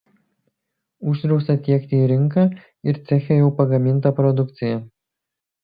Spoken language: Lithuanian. uždrausta tiekti į rinką ir ceche jau pagamintą produkciją